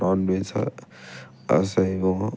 non veg அசைவம்